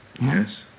Yes